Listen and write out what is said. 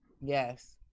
Yes